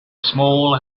small